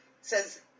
Says